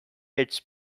its